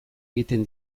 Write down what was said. egiten